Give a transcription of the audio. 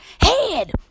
head